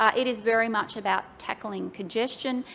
um it is very much about tackling congestion.